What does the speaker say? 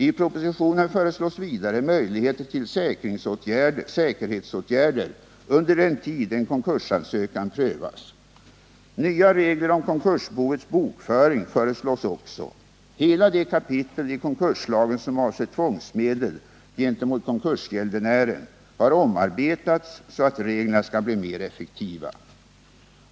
I propositionen föreslås vidare möjligheter till säkerhetsåtgärder under den tid en konkursansökan prövas. Nya regler om konkursboets bokföring föreslås också. Hela det kapitel i konkurslagen som avser tvångsmedel gentemot konkursgäldenärer har omarbetats så att reglerna skall bli mer effektiva.